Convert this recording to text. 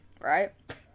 Right